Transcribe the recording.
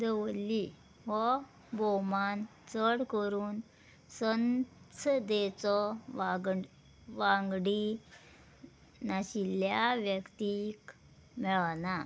दवरली हो भोवमान चड करून संसदेचो वागड वांगडी नाशिल्ल्या व्यक्तीक मेळना